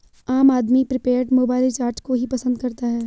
आम आदमी prepaid mobile recharge को ही पसंद करता है